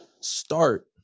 start